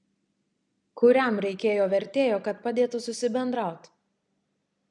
kuriam reikėjo vertėjo kad padėtų susibendraut